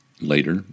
Later